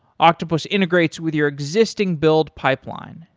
octopus integrates with your existing build pipeline,